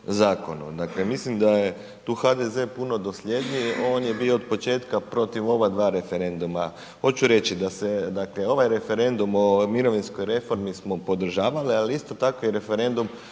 zakonu. Dakle mislim da je tu HDZ puno dosljedniji, on je bio od početka protiv ova dva referenduma. Hoću reći da se ovaj referendum o mirovinskoj reformi smo podržavali ali isto tako i referendum